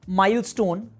milestone